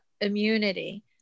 immunity